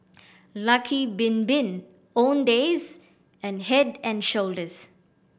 Lucky Bin Bin Owndays and Head and Shoulders